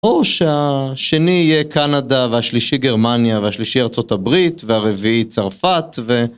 או שהשני יהיה קנדה והשלישי גרמניה והשלישי ארצות הברית והרביעי צרפת ו...